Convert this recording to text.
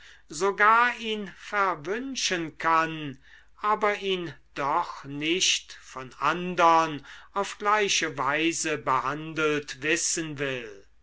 sogar ihn verwünschen kann aber ihn doch nicht von andern auf gleiche weise behandelt wissen will